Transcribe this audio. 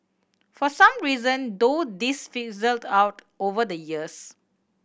for some reason though this fizzled out over the years